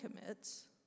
commits